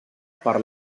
per